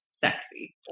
sexy